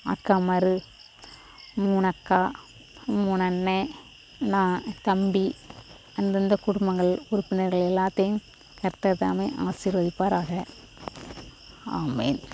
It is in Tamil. அக்காமார் மூணு அக்கா மூணு அண்ணன் நான் தம்பி அந்தெந்த குடும்பங்கள் உறுப்பினர்கள் எல்லாத்தையும் கர்த்தர் தாமே ஆசீர்வதிப்பாராக ஆமென்